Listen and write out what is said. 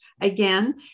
again